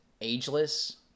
ageless